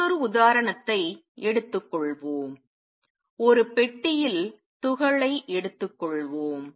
மற்றொரு உதாரணத்தை எடுத்துக்கொள்வோம் ஒரு பெட்டியில் துகளை எடுத்துக்கொள்வோம்